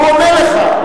הוא עונה לך.